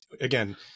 again